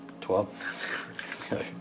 Twelve